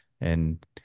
and-